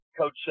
Coach